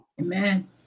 Amen